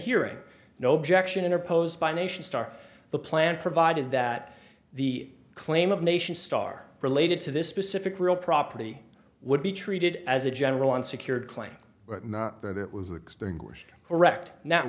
hearing no objection interposed by nation star the plan provided that the claim of nation star related to this specific real property would be treated as a general unsecured claim but not that it was extinguished correct n